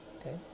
okay